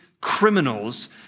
criminals